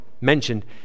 mentioned